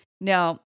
Now